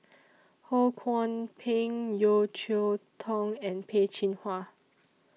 Ho Kwon Ping Yeo Cheow Tong and Peh Chin Hua